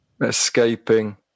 escaping